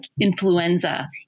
influenza